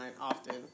often